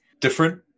different